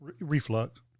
reflux